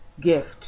gift